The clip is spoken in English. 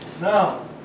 Now